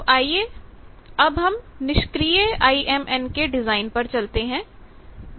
तो आइए अब हम निष्क्रिय IMN के डिजाइन पर चलते हैं